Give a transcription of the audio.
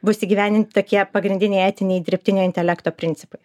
bus įgyvendinti tokie pagrindiniai etiniai dirbtinio intelekto principai